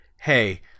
hey